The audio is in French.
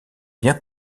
bien